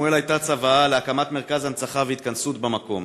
לשמואל הייתה צוואה: הקמת מרכז הנצחה והתכנסות במקום.